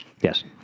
Yes